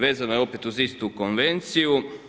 Vezano je opet uz istu Konvenciju.